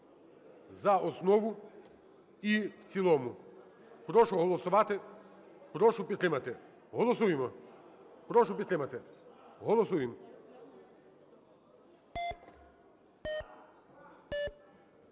за основу і в цілому. Прошу голосувати, прошу підтримати. Голосуємо. Прошу підтримати. Голосуємо.